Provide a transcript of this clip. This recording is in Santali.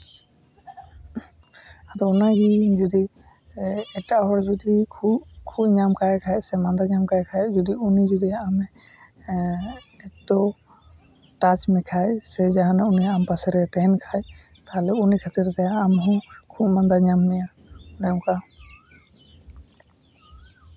ᱟᱫᱚ ᱚᱱᱟ ᱜᱤ ᱵᱤᱨᱤᱫ ᱮᱴᱟᱜ ᱦᱚᱲ ᱡᱩᱫᱤ ᱠᱷᱩᱜ ᱠᱷᱩᱜ ᱧᱟᱢ ᱠᱟᱭ ᱠᱷᱟᱡ ᱥᱮ ᱢᱟᱸᱫᱟ ᱧᱟᱢ ᱠᱟ ᱠᱷᱟᱡ ᱡᱩᱫᱤ ᱩᱱᱤ ᱡᱩᱫᱤ ᱟᱢᱮᱭ ᱮᱛᱚ ᱴᱟᱪ ᱢᱮᱠᱷᱟᱡ ᱥᱮ ᱡᱟᱦᱟᱱᱟᱜ ᱩᱱᱤ ᱟᱢ ᱯᱟᱥᱮ ᱨᱮᱭ ᱛᱟᱦᱮᱱ ᱠᱷᱟᱡ ᱛᱟᱞᱚᱦᱮ ᱩᱱᱤ ᱠᱷᱟᱹᱛᱤᱨ ᱛᱮ ᱟᱢ ᱦᱚᱸ ᱠᱷᱩᱜ ᱢᱟᱸᱫᱟ ᱧᱟᱢ ᱢᱮᱭᱟ ᱚᱱᱮ ᱚᱱᱠᱟ